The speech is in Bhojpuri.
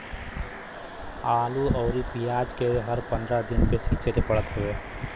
आलू अउरी पियाज के हर पंद्रह दिन पे सींचे के पड़त हवे